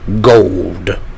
gold